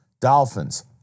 Dolphins